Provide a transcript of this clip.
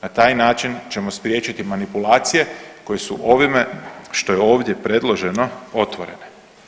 Na taj način ćemo spriječiti manipulacije koji su ovime što je ovdje predloženo otvorene.